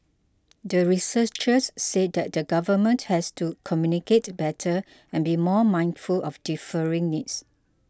the researchers said that the Government has to communicate better and be more mindful of differing needs